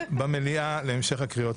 במליאה להמשך הקריאות.